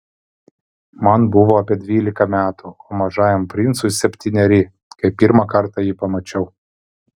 man buvo apie dvylika metų o mažajam princui septyneri kai pirmą kartą jį pamačiau